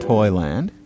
Toyland